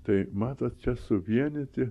tai matot čia suvienyti